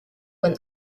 when